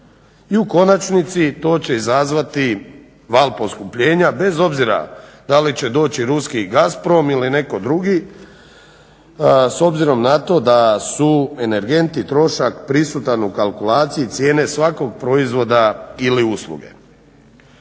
I u konačnici to će izazvati val poskupljenja bez obzira da li će doći ruski Gazprom ili neko drugi s obzirom na to da su energenti i trošak prisutan u kalkulaciji cijene svakog proizvoda ili usluge.